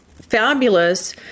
fabulous